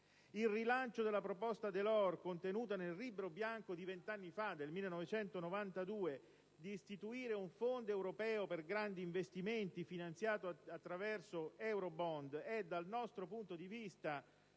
Il rilancio della proposta Delors, contenuta nel Libro bianco del 1992, di istituire un fondo europeo per grandi investimenti, finanziato attraverso *eurobond*, dal nostro punto di vista